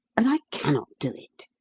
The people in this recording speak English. and i cannot do it.